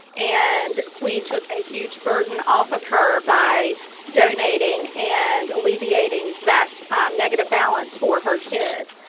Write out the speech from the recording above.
and we took a huge burden off of her by donating and alleviating that negative balance for her kid.